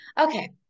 Okay